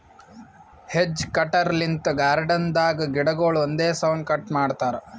hedge cutter ಲಿಂತ್ garden ದಾಗ್ ಗಿಡಗೊಳ್ ಒಂದೇ ಸೌನ್ ಕಟ್ ಮಾಡ್ತಾರಾ